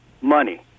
money